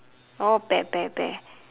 oh pear pear pear